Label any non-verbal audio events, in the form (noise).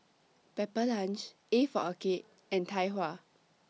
Pepper Lunch A For Arcade (noise) and Tai Hua (noise)